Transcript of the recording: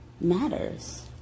matters